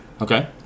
Okay